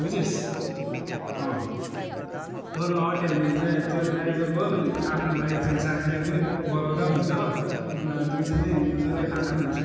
बुझिस् अँ बरु अट्यो भने ड्रा त्यो ड्राइभरको पनि आफ्नो लागि एकजना साथीलाई पनि बोलाउँदा पनि हुन्छ हो उनीहरू दुइजनै मजाले खाँदा पनि हुन्छ